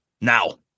Now